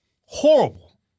Horrible